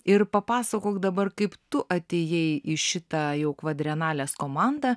ir papasakok dabar kaip tu atėjai į šitą jau kvadrenalės komandą